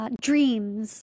Dreams